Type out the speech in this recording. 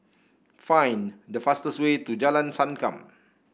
find the fastest way to Jalan Sankam